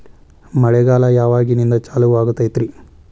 ಮಳೆಗಾಲ ಯಾವಾಗಿನಿಂದ ಚಾಲುವಾಗತೈತರಿ?